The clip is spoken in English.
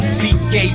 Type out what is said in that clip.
ck